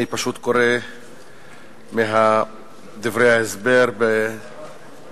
אני פשוט קורא מדברי ההסבר בסדר-היום.